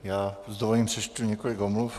Já s dovolením přečtu několik omluv.